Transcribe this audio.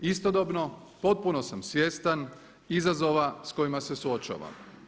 Istodobno potpuno sam svjestan izazova s kojima se suočavam.